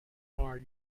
are